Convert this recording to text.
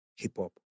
Hip-hop